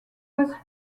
ouest